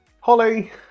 Holly